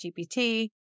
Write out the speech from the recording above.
GPT